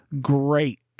great